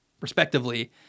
respectively